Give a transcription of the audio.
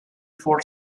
for